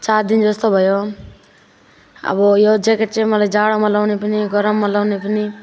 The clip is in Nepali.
चारदिन जस्तो भयो अब यो ज्याकेट चाहिँ मलाई जाडोमा लाउने पनि गरममा लाउने पनि